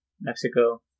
Mexico